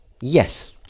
yes